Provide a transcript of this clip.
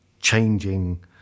changing